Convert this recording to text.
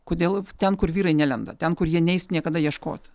kodėl ten kur vyrai nelenda ten kur jie neis niekada ieškot